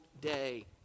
day